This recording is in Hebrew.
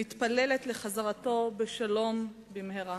מתפללת לחזרתו בשלום במהרה.